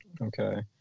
Okay